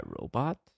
robot